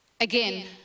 Again